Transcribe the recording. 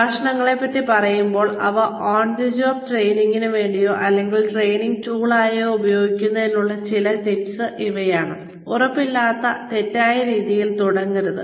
പ്രഭാഷണങ്ങളെ പറ്റി പറയുമ്പോൾ അവ ഓൺ ദി ജോബ് ട്രൈനിംഗിനു വേണ്ടിയോ അല്ലെങ്കിൽ ട്രെയിനിങ് ടൂൾ ആയോ ഉപയോഗിക്കാനുള്ള ചില ടിപ്സ് ഇവയാണ് ഉറപ്പില്ലാതെ തെറ്റായ രീതീയിൽ തുടങ്ങരുത്